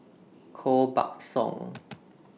Koh Buck Song